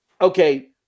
Okay